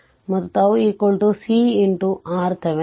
ಮತ್ತು τ c into R Thevenin